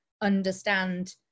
understand